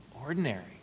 ordinary